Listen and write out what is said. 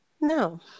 No